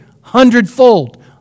hundredfold